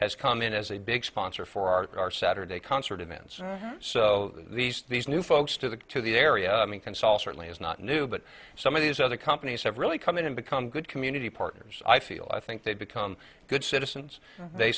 has come in as a big sponsor for our of our saturday concert events so these these new folks to the to the area i mean consultancy is not new but some of these other companies have really come in and become good community partners i feel i think they've become good citizens they